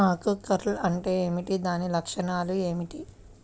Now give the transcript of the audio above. ఆకు కర్ల్ అంటే ఏమిటి? దాని లక్షణాలు ఏమిటి?